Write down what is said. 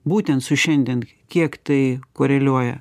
būtent su šiandien kiek tai koreliuoja